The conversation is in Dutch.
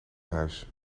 huis